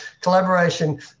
Collaboration